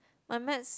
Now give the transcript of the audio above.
my maths